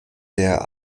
der